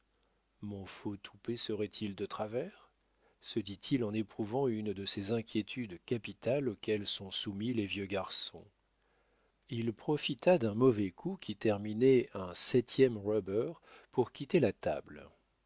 mon faux toupet serait-il de travers se dit-il en éprouvant une de ces inquiétudes capitales auxquelles sont soumis les vieux garçons il profita d'un mauvais coup qui terminait un septième rubber pour quitter la table